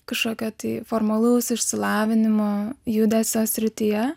kažkokio tai formalaus išsilavinimo judesio srityje